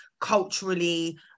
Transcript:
culturally